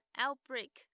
outbreak